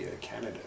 Canada